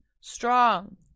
Strong